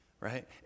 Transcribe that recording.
Right